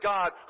God